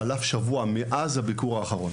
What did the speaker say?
חלף שבוע מאז הביקור האחרון,